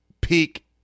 peak